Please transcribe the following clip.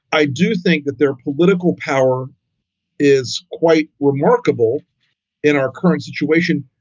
i do think that their political power is quite remarkable in our current situation,